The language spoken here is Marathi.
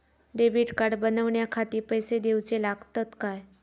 डेबिट कार्ड बनवण्याखाती पैसे दिऊचे लागतात काय?